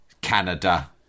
Canada